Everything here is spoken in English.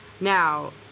Now